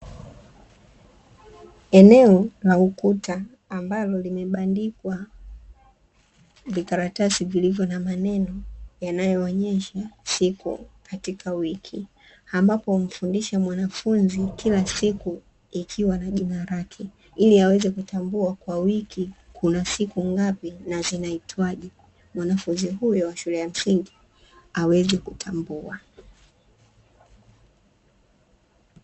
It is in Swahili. Eneo la ukuta ambalo limebandikwa vikaratasi vilivyo na maneno yanayo onyesha siku katika wiki. Ambapo humfundisha mwanafunzi kila siku ikiwa na jina lake ili aweze kutambua kwa wiki kuna siku ngapi na zinaitwaje, mwanafunzi huyo wa shule ya msingi aweze kutambua.